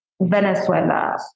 Venezuela